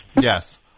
Yes